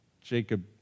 Jacob